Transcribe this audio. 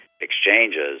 exchanges